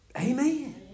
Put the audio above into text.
Amen